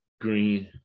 Green